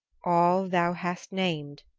all thou hast named,